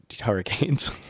hurricanes